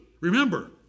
Remember